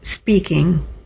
speaking